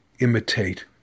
Imitate